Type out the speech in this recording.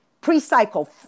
Pre-cycle